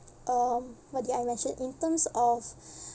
um what did I mention in terms of